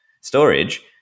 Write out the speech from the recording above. storage